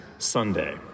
Sunday